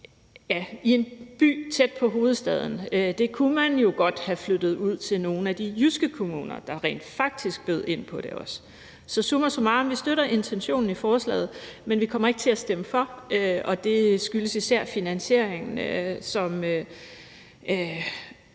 i en by tæt på hovedstaden. Det kunne man jo godt have flyttet ud til nogle af de jyske kommuner, der rent faktisk også bød ind på det. Så summa summarum støtter vi intentionen i forslaget, men vi kommer ikke til at stemme for, og det skyldes især finansieringen, som